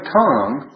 tongue